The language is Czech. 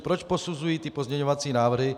Proč posuzují pozměňovací návrhy?